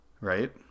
right